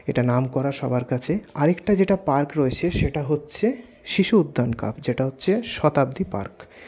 এটা নাম করা সবার কাছে আরেকটা যেটা পার্ক রয়েছে সেটা হচ্ছে শিশু উদ্যান কাপ যেটা হচ্ছে শতাব্দী পার্ক